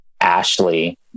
Ashley